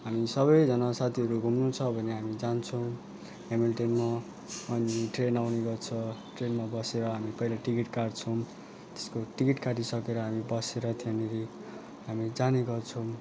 हामी सबैजना साथहरू घुम्नु छ भने हामी जान्छौँ हेमिल्टनमा अनि ट्रेन आउने गर्छ ट्रेनमा बसेर हामी पहिला टिकट काटछौँ त्यसको टिकट काटिसकेर हामी बसेर त्यहाँनिर हामी जाने गर्छौँ